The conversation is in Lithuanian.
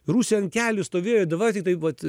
rusija ant kelių stovėjo davai tiktai vat